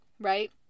right